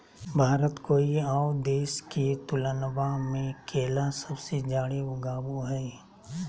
भारत कोय आउ देश के तुलनबा में केला सबसे जाड़े उगाबो हइ